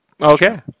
Okay